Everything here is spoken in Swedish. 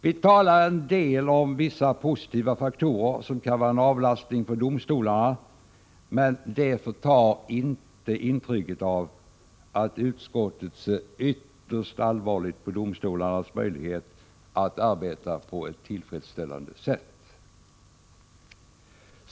Vi talar en del om vissa positiva faktorer, som kan vara en avlastning för domstolarna, men det förtar inte intrycket av att utskottet ser ytterst allvarligt på domstolarnas möjlighet att arbeta på ett tillfredsställande sätt.